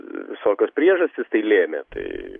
visokios priežastys tai lėmė tai